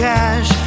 Cash